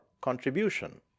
contribution